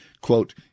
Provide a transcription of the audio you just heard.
Quote